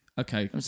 Okay